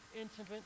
intimate